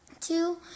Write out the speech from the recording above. Two